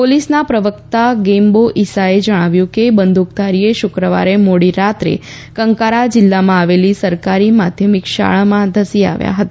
પોલીસના પ્રવક્તા ગેમ્બો ઈસાએ જણાવ્યું કે બંદૂકધારીએ શુક્રવારે મોડી રાત્રે કંકારા જિલ્લામાં આવેલી સરકારી માધ્યમિક શાળામાં ધસી આવ્યા હતા